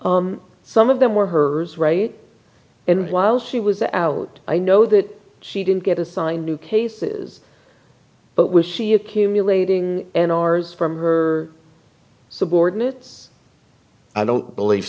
for some of them were hers right and while she was out i know that she didn't get assigned new cases but was she accumulating in ours from her subordinates i don't believe